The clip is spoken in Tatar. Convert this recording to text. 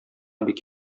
бик